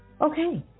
Okay